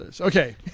Okay